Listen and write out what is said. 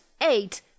eight